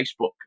Facebook